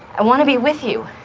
i want to be with you.